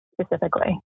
specifically